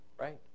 Right